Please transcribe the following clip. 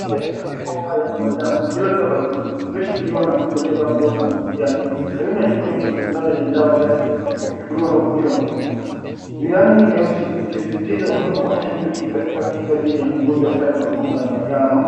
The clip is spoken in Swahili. Chupa ya chanjo ya homa ya manjano Yellow Fever Vaccine iliyoshikiliwa na mtu aliyevaa glovu za kijani karibu na chupa hiyo kuna sindano yenye dawa tayari kwa kuchuliwa au kuchomwa. Mirangi nyeusi ikisisitiza umuhimu wa chanjo hii katika kinga dhidhi ya ugonjwa hatari wa homa ya manjano.